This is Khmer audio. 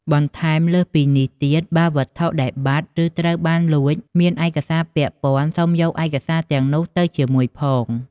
បន្ថែមលើសពីនេះទៀត បើវត្ថុដែលបាត់ ឬត្រូវបានលួច មានឯកសារពាក់ព័ន្ធ សូមយកឯកសារទាំងនោះទៅជាមួយផង។